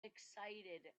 excited